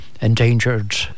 endangered